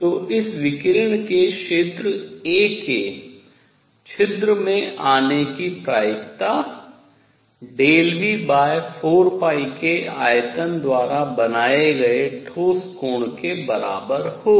तो इस विकिरण के क्षेत्र a के छिद्र में आने की प्रायिकता ΔV4π के आयतन द्वारा बनाए गए ठोस कोण के बराबर होगी